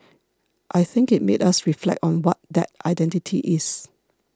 I think it made us reflect on what that identity is